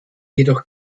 jedoch